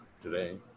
today